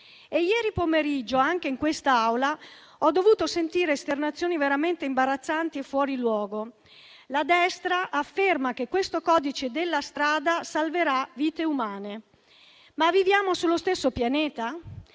Ieri pomeriggio, anche in quest'Aula, ho dovuto sentire esternazioni veramente imbarazzanti e fuori luogo. La destra afferma che questo codice della strada salverà vite umane. Viviamo sullo stesso pianeta?